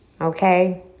Okay